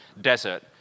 desert